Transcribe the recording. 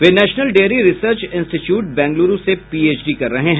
वे national dairy research institute Bengaluru से PhD कर रहे हैं